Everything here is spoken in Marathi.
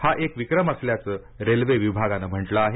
हा एक विक्रम असल्याचं रेल्वे विभागानं म्हटलं आहे